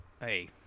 Hey